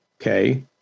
Okay